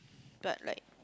but like